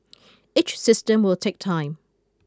each system will take time